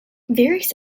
various